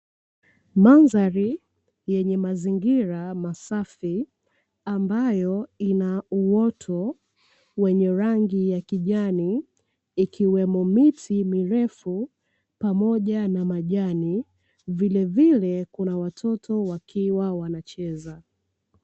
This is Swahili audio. Mandhari yenye mazingira masafi ambayo ina uoto wenye rangi ya kijani, ikiwemo miti mirefu pamoja na majani. Vilevile kunwa watoto wakiwa wanacheza.